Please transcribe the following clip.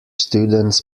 students